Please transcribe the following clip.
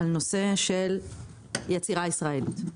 על נושא של יצירה ישראלית.